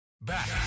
Back